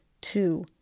two